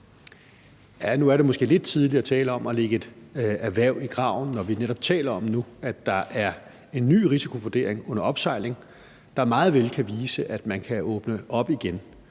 Nu er det måske lidt tidligt at tale om at lægge et erhverv i graven, når vi netop taler om nu, at der er en ny risikovurdering under opsejling, der meget vel kan vise, at man kan åbne op igen.